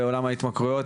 בעולם ההתמכרויות,